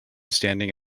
standing